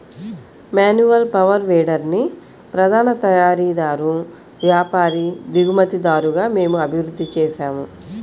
manual power వీడర్ని ప్రధాన తయారీదారు, వ్యాపారి, దిగుమతిదారుగా మేము అభివృద్ధి చేసాము